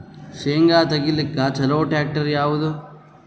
ಶೇಂಗಾ ತೆಗಿಲಿಕ್ಕ ಚಲೋ ಟ್ಯಾಕ್ಟರಿ ಯಾವಾದು?